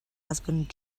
husband